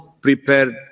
prepared